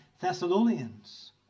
Thessalonians